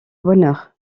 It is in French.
bonheur